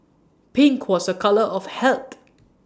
pink was A colour of health